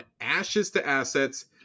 Ashes-to-Assets